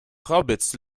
hobbits